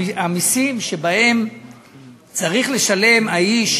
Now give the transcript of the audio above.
המסים שצריכים לשלם האיש